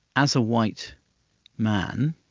as a white man,